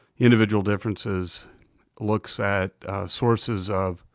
individual differences looks at sources of,